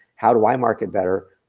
how do i market better,